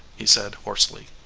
he said hoarsely.